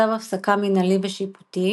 צו הפסקה מנהלי ושיפוטי